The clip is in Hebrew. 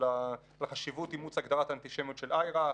על החשיבות של אימוץ הגדרת האנטישמיות של IHRA,